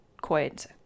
coins